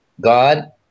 God